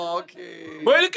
okay